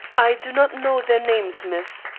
i do not know their names, miss,